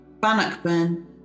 Bannockburn